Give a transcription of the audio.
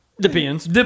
Depends